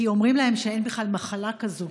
כי אומרים להם שאין בכלל מחלה כזאת,